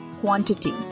quantity